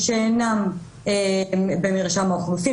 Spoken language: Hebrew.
מי שאינם במרשם האוכלוסין,